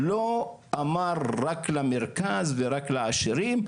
לא אמר רק למרכז ורק לעשירים,